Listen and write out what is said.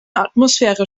atmosphäre